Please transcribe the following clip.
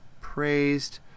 praised